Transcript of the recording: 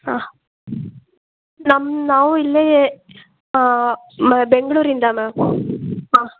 ಹಾಂ ನಮ್ಮ ನಾವು ಇಲ್ಲೇ ಮ ಬೆಂಗಳೂರಿಂದ ಮ್ಯಾಮ್ ಹಾಂ